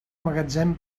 magatzem